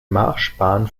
marschbahn